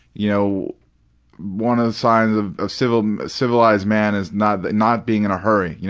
you know one of the signs of a civilized civilized man is not not being in a hurry.